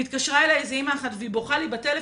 והתקשרה אליי אימא אחת והיא בוכה לי בטלפון,